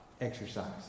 exercise